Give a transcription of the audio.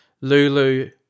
Lulu